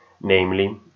namely